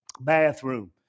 bathroom